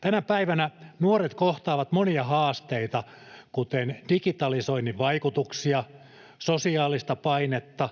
Tänä päivänä nuoret kohtaavat monia haasteita, kuten digitalisoinnin vaikutuksia, sosiaalista painetta,